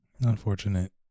unfortunate